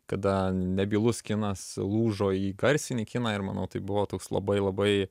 kada nebylus kinas lūžo į garsinį kiną ir manau tai buvo toks labai labai